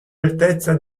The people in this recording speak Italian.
altezza